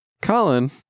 Colin